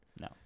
no